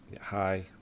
Hi